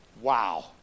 wow